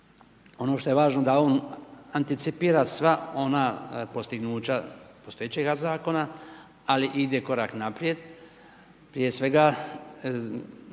Ono što je važno, da on anticipira sva ona postignuća postojećega Zakona, ali ide korak naprijed. Prije svega,